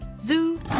Zoo